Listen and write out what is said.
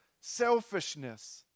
selfishness